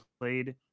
played